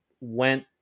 went